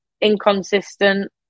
inconsistent